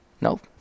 Nope